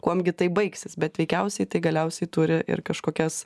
kuom gi tai baigsis bet veikiausiai tai galiausiai turi ir kažkokias